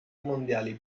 mondiali